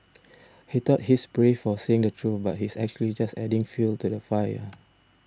he thought he's brave for saying the truth but he's actually just adding fuel to the fire